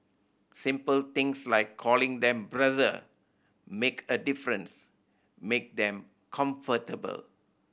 simple things like calling them brother make a difference make them comfortable